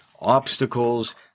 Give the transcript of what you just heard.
obstacles